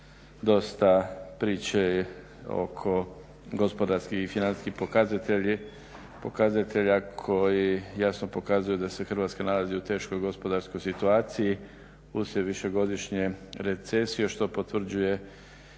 dosta priče oko gospodarskih i financijskih pokazatelja koji jasno pokazuju da se Hrvatska nalazi u teškoj gospodarskoj situaciji uslijed višegodišnje recesije, što potvrđuje